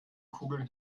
kugeln